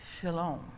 shalom